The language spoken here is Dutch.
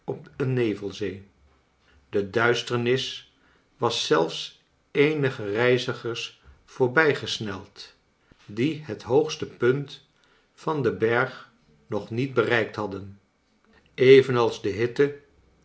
nevelzee de duisternis was zelfs eenige reizigers voorbijgesneld die het hoogste punt van den berg nog niet bereikt hadden evenals de hitte